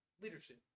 Leadership